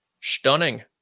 stunning